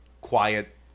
quiet